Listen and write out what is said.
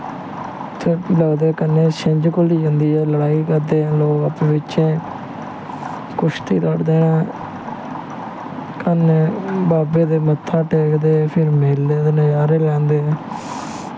इत्थें लगदा कन्नै छिंज्झ घुली जंदी ऐ लड़ाई करदे ऐं लोग आपूं बिच्चें ते कुश्ती लड़दे न कन्नै बाबै दै मत्था टेकदे फिर मेले दे नज़ारे लैंदे